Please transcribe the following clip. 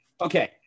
Okay